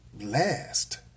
Last